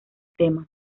temas